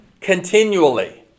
continually